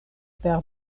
per